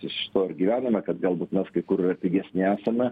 iš to ir gyvename kad galbūt mes kai kur ir pigesni esame